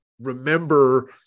remember